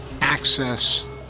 access